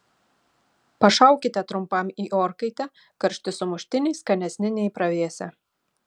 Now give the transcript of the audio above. pašaukite trumpam į orkaitę karšti sumuštiniai skanesni nei pravėsę